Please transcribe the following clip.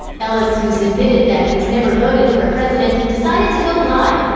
ellis, who's admitted that he's never voted for a president, decided to go live,